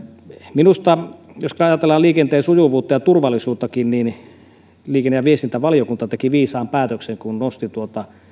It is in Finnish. minusta jos ajatellaan liikenteen sujuvuutta ja turvallisuuttakin liikenne ja viestintävaliokunta teki viisaan päätöksen kun nosti